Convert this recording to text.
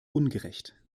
ungerecht